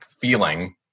feeling